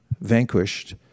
vanquished